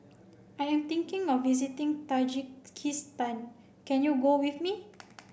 I am thinking of visiting Tajikistan can you go with me